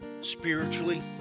spiritually